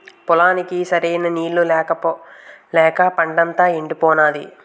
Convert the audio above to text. పొలానికి సరైన నీళ్ళు లేక పంటంతా యెండిపోనాది